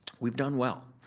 we've done well.